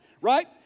right